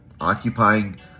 occupying